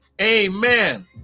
Amen